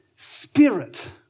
Spirit